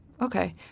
Okay